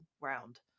round